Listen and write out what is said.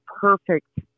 perfect